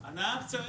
שנים?